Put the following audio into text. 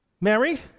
Mary